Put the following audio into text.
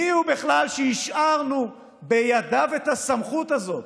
מי הוא בכלל שהשארנו בידיו את הסמכות הזאת?